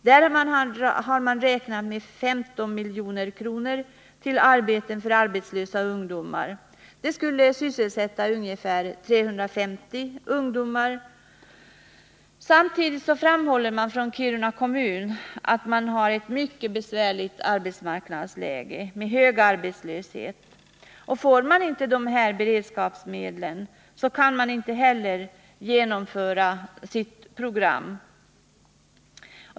Där har man räknat med 15 milj.kr. till arbeten för arbetslösa ungdomar. De skulle sysselsätta ungefär 350 ungdomar. Samtidigt framhåller Kiruna kommun att man har ett mycket besvärligt arbetsmark nadsläge med hög arbetslöshet. Får man inte dessa beredskapsmedel, kan man inte heller genomföra sitt program.